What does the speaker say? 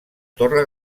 torre